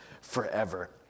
forever